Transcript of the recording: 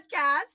podcast